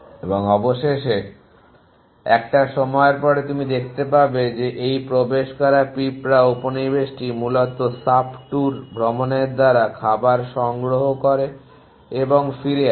এবং অবশেষে একটা সময়ের পরে তুমি দেখতে পাবে যে এই প্রবেশ করা পিঁপড়া উপনিবেশটি মূলত সাব ট্যুর ভ্রমণের দ্বারা খাবার সংগ্রহ করে এবং ফিরে আসে